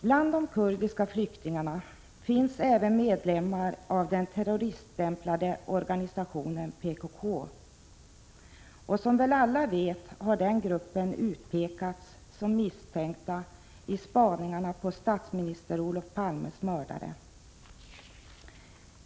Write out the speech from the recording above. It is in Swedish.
Bland de kurdiska flyktingarna finns även medlemmar av den terroriststämplade organisationen PKK. Som väl alla vet har den gruppen kurder utpekats som misstänkt i spaningarna på statsminister Olof Palmes mördare.